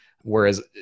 Whereas